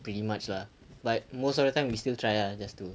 pretty much lah but most of the time we still try ah just to